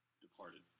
Departed